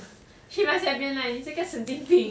she must have been like 你这个神经病